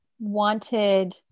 wanted